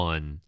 One